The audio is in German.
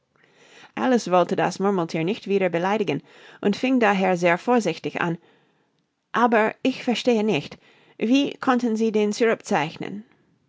alice wollte das murmelthier nicht wieder beleidigen und fing daher sehr vorsichtig an aber ich verstehe nicht wie konnten sie den syrup zeichnen